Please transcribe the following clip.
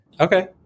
Okay